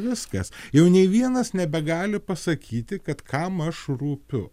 viskas jau nei vienas nebegali pasakyti kad kam aš rūpiu